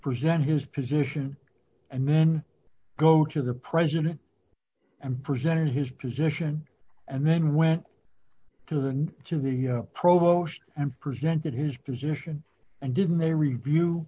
present his position and then go to the president and presented his position and then went to the to the provost and presented his position and didn't they review